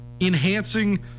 enhancing